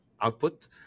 output